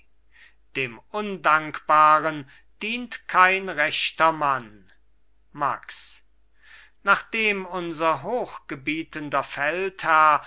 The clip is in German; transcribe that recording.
dem undankbaren dient kein rechter mann max nachdem unser hochgebietender feldherr